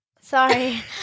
Sorry